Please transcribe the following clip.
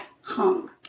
hung